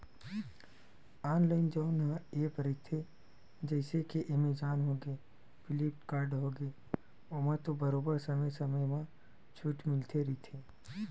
online जउन app रहिथे जइसे के एमेजॉन होगे, फ्लिपकार्ट होगे ओमा तो बरोबर समे समे म छूट मिलते रहिथे